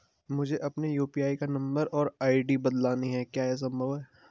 मुझे अपने यु.पी.आई का नम्बर और आई.डी बदलनी है क्या यह संभव है?